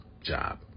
job